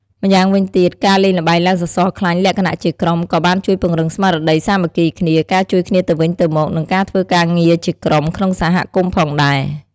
ម៉្យាងវិញទៀតការលេងល្បែងឡើងសសរខ្លាញ់លក្ខណៈជាក្រុមក៏បានជួយពង្រឹងស្មារតីសាមគ្គីគ្នា ការជួយគ្នាទៅវិញទៅមក និងការធ្វើការងារជាក្រុមក្នុងសហគមន៍ផងដែរ។